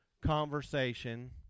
conversation